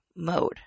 Mode